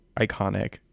iconic